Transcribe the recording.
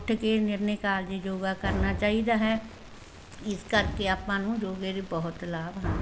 ਉੱਠ ਕੇ ਨਿਰਣੇ ਕਾਲਜੇ ਯੋਗਾ ਕਰਨਾ ਚਾਹੀਦਾ ਹੈ ਇਸ ਕਰਕੇ ਆਪਾਂ ਨੂੰ ਯੋਗੇ ਦੇ ਬਹੁਤ ਲਾਭ ਹਨ